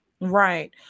right